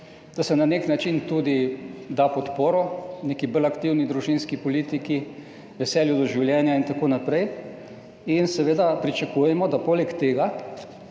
da se na nek način tudi da podporo neki bolj aktivni družinski politiki, veselju do življenja in tako naprej. Seveda pričakujemo, da bo poleg tega